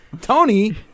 Tony